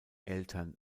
eltern